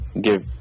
give